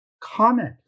Comment